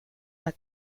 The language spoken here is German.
war